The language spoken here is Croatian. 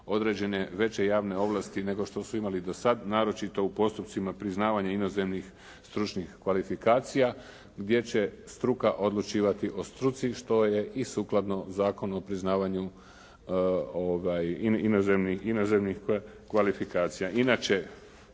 veće javne ovlasti nego što su imali do sad naročito u postupcima priznavanja inozemnih stručnih kvalifikacija gdje će struka odlučivati o struci što je i sukladno Zakonu o priznavanju inozemnih kvalifikacija.